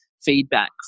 feedback